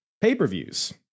pay-per-views